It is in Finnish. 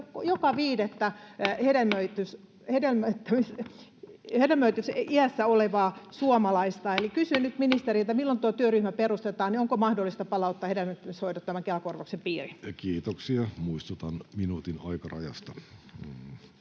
joka viidettä hedelmällisyysiässä olevaa suomalaista. Kysyn nyt ministeriltä: milloin tuo työryhmä perustetaan, ja onko mahdollista palauttaa hedelmöittämishoidot tämän Kela-korvauksen piiriin? Kiitoksia. Muistutan minuutin aikarajasta.